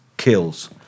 kills